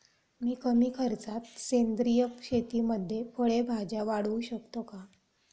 मी कमी खर्चात सेंद्रिय शेतीमध्ये फळे भाज्या वाढवू शकतो का?